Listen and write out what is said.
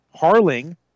Harling